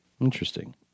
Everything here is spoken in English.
Interesting